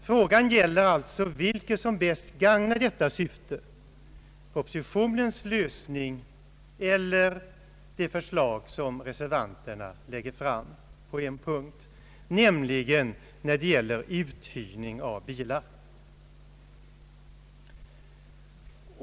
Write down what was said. Herr talman! Propositionens syfte med de föreslagna reglerna om ägaransvar för parkeringsförseelser är ju att minska antalet parkeringsförseelser. Om det syftet är majoriteten och minoriteten i utskottet uppenbarligen ense. Frågan gäller alltså vilket som bäst gagnar detta syfte: propositionens lösning eller det förslag som reservanterna lägger fram på en punkt, nämligen när det gäller uthyrning av bilar.